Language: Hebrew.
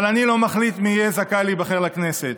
אבל אני לא מחליט מי יהיה זכאי להיבחר לכנסת.